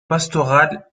pastorales